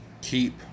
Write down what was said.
keep